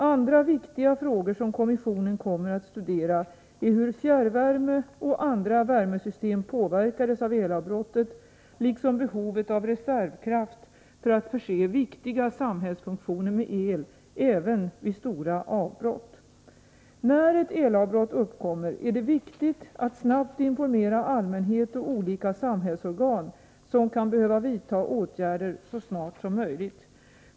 Andra viktiga frågor som kommissionen kommer att studera är hur fjärrvärme och andra värmesystem påverkades av elavbrottet liksom behovet av reservkraft för att förse viktiga samhällsfunktioner med el även vid stora avbrott. När ett elavbrott uppkommer är det viktigt att snabbt informera allmänhet och olika samhällsorgan som kan behöva vidta åtgärder så snart som möjligt.